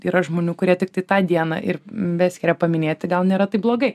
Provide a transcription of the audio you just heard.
yra žmonių kurie tiktai tą dieną ir beskiria paminėti gal nėra taip blogai